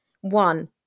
One